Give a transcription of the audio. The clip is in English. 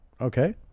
okay